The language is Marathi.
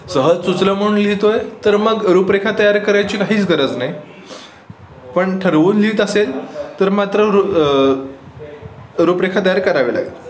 सहज सुचलं म्हणून लिहितो आहे तर मग रूपरेखा तयार करायची काहीच गरज नाही पण ठरवून लिहित असेल तर मात्र रू रूपरेखा तयार करावी लागेल